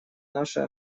нашей